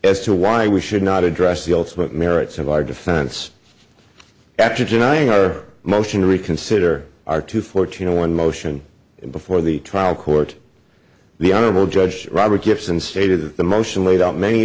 as to why we should not address the ultimate merits of our defense after denying our motion to reconsider our two fourteen zero one motion before the trial court the honorable judge robert gibson stated that the motion laid out many